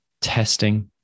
Testing